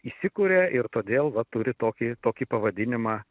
įsikuria ir todėl va turi tokį tokį pavadinimą